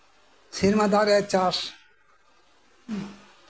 ᱥᱮᱨᱢᱟ ᱫᱟᱜ ᱨᱮᱭᱟᱜ ᱪᱟᱥ ᱦᱮᱸ